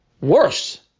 Worse